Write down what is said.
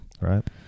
Right